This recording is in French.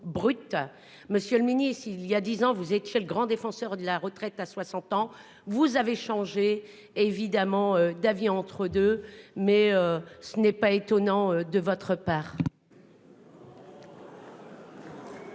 Monsieur le mini et s'il y a 10 ans, vous êtes chez le grand défenseur de la retraite à 60 ans vous avez changé évidemment Davy entre deux, mais ce n'est pas étonnant de votre part.